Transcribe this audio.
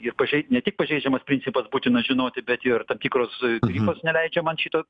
ir pažei ne tik pažeidžiamas principas būtina žinoti bet ir tam tikros grifos neleidžia man šito